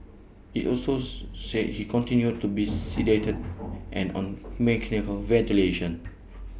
IT also said he continued to be sedated and on mechanical ventilation